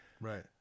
Right